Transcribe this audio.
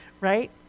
right